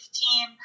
team